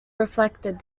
reflected